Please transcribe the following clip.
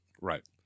Right